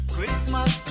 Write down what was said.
Christmas